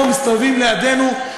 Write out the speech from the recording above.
מסתובבים לידינו,